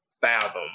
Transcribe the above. fathom